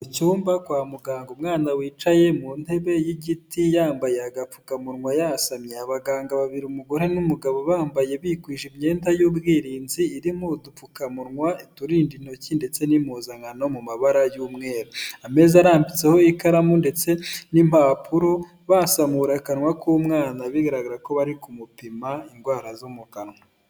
Icyumba kwa muganga, umwana wicaye mu ntebe y'igiti yambaye agapfukamunwa yasamye, abaganga babiri umugore n'umugabo bambaye bikwije imyenda y'ubwirinzi irimo udupfukamunwa, uturinda intoki ndetse n'impuzankano mu mabara y'umweru, ameza arambitseho ikaramu ndetse n'impapuro, basamura akanwa k'umwana bigaraga ko bari ku mupima indwara zo mu kanwa.